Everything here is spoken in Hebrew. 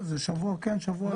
זה שבוע כן, שבוע לא.